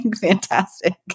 fantastic